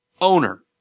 owner